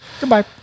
Goodbye